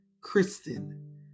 Kristen